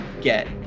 get